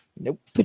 Nope